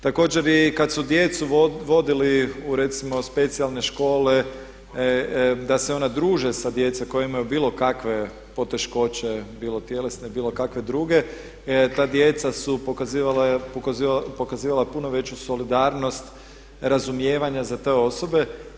Također i kad su djecu vodili u recimo specijalne škole da se ona druže sa djecom koja imaju bilo kakve poteškoće, bilo tjelesne, bilo kakve druge, ta djeca su pokazivala puno veću solidarnost razumijevanja za te osobe.